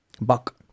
Buck